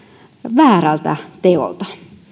väärältä teolta